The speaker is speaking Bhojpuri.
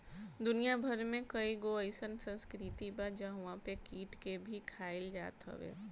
दुनिया भर में कईगो अइसन संस्कृति बा जहंवा पे कीट के भी खाइल जात हवे